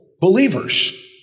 believers